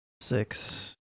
Six